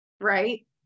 Right